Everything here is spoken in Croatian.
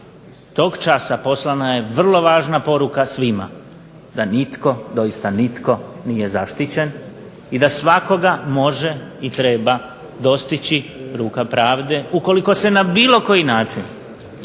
tog časa poslana je vrlo važna poruka svima da nitko, doista nitko nije zaštićen i da svakoga može i treba dostići ruka pravde ukoliko se na bilo koji način